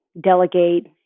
delegate